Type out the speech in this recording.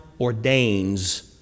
ordains